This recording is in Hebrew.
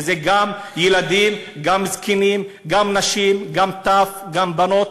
וזה גם ילדים, גם זקנים, גם נשים, גם טף, גם בנות.